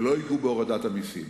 ולא ייגעו בהורדת המסים.